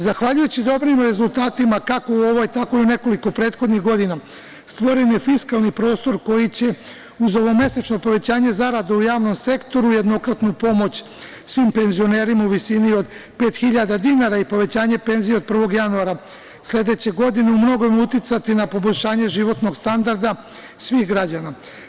Zahvaljujući dobrim rezultatima, kako u ovoj, tako i u nekoliko prethodnih godina, stvoren je fiskalni prostor, koji će uz ovomesečno povećanje zarada u javnom sektoru jednokratnu pomoć svim penzionerima u visini od 5.000 dinara i povećanje penzija od 1. januara sledeće godine, u mnogome uticati na poboljšanje životnog standarda svih građana.